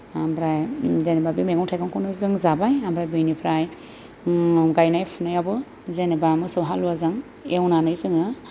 ओमफ्राय जेनेबा बे मैगं थाइगंखौनो जों जाबाय ओमफ्राय बेनिफ्राय गायनाय फुनायावबो जेनेबा मोसौ हालुवाजों एवनानै जोङो